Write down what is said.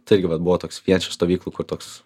tai irgi vat buvo toks vienas iš stovyklų kur toks